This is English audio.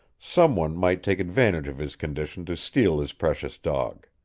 someone might take advantage of his condition to steal his precious dog.